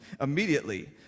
immediately